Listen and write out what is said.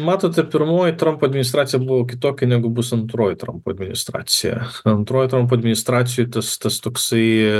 matot ta pirmoji trumpo administracija buvo kitokia negu bus antroji trumpo administracija antroj trumpo administracijoj tas tas toksai